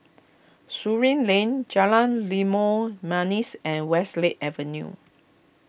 Surin Lane Jalan Limau Manis and Westlake Avenue